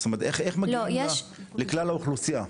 איך מגיעים לכלל האוכלוסייה?